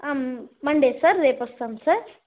Monday sir రేపు వస్తాము sir